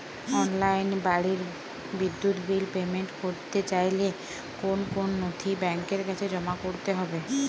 অনলাইনে বাড়ির বিদ্যুৎ বিল পেমেন্ট করতে চাইলে কোন কোন নথি ব্যাংকের কাছে জমা করতে হবে?